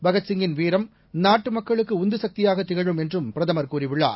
பகத்சிங்கின் வீரம் நாட்டு மக்களுக்கு உந்துசக்தியாக திகழும் என்றும் பிரதமர் கூறியுள்ளார்